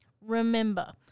Remember